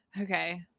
Okay